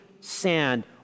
sand